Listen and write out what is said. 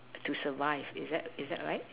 to survive is that is that right